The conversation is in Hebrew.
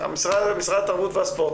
משרד התרבות והספורט,